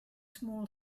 small